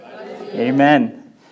Amen